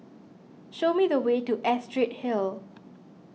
show me the way to Astrid Hill